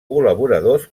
col·laboradors